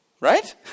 right